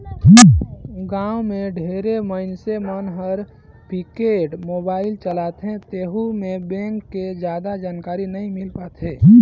गांव मे ढेरे मइनसे मन हर कीपेड मोबाईल चलाथे तेहू मे बेंक के जादा जानकारी नइ मिल पाये